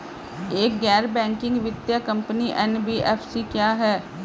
एक गैर बैंकिंग वित्तीय कंपनी एन.बी.एफ.सी क्या है?